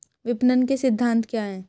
विपणन के सिद्धांत क्या हैं?